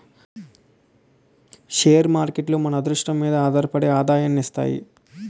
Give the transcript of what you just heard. share మార్కేట్లు మన అదృష్టం మీదే ఆధారపడి ఆదాయాన్ని ఇస్తాయి